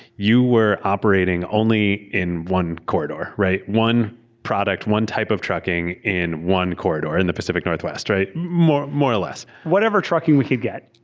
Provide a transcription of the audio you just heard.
you were operating only in one corridor, one product, one type of trucking in one corridor, in the pacific northwest, right? more more or less. whatever trucking we could get.